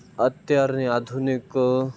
અત્યારની આધુનિક